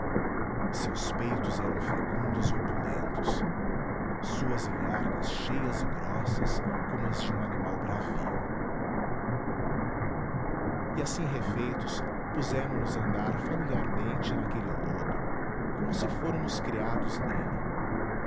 seus peitos eram fecundos e opulentos suas ilhargas cheias e grossas como as de um animal bravio e assim refeitos pusemo nos a andar familiarmente naquele lodo como se fôramos criados nele